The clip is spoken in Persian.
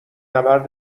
نبرد